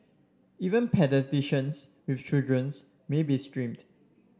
even paediatricians with children's may be stymied